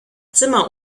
zimmer